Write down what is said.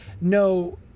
No